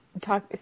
talk